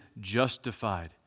justified